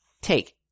take